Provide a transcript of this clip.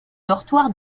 dortoirs